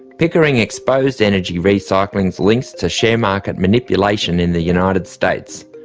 pickering exposed energy recycling's links to sharemarket manipulation in the united states.